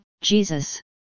Jesus